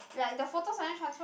like the photos suddenly transfer